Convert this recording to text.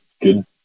good